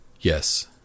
Yes